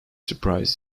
surprise